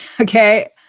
Okay